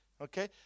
Okay